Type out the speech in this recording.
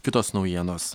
kitos naujienos